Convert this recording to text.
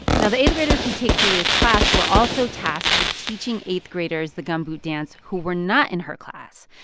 now, the eighth-graders who take julia's class were also tasked with teaching eighth-graders the gumboot dance who were not in her class.